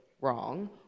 wrong